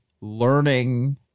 learning